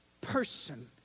person